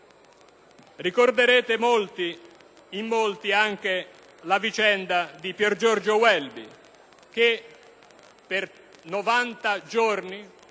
Ricorderete in molti anche la vicenda di Piergiorgio Welby, che per 90 giorni,